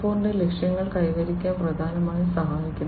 0 ന്റെ ലക്ഷ്യങ്ങൾ കൈവരിക്കാൻ പ്രധാനമായും സഹായിക്കുന്നത്